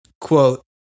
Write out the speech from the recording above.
quote